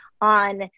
on